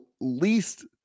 least